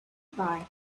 bye